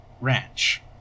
Ranch